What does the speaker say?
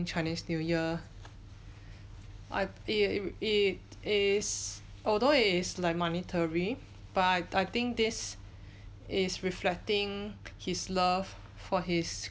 chinese new year I it it is although it is like monetary but I think this is reflecting his love for his